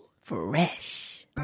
Fresh